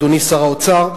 אדוני שר האוצר: